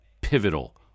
pivotal